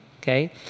okay